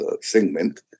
segment